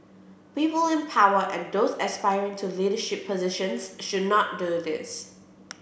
people in power and those aspiring to leadership positions should not do this